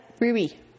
Ruby